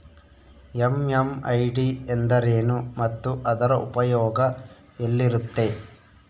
MMID ಎಂದರೇನು ಮತ್ತು ಅದರ ಉಪಯೋಗ ಎಲ್ಲಿರುತ್ತೆ?